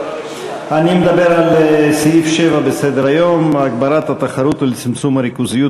אני מדבר על סעיף 7 בסדר-היום: להגברת התחרות ולצמצום הריכוזיות